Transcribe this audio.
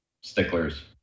sticklers